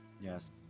Yes